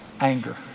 Anger